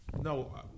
no